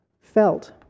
felt